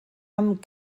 amb